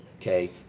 okay